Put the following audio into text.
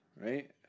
right